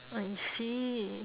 I see